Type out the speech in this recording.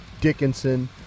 Dickinson